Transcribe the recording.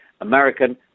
American